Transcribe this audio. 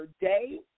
day